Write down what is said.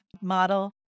model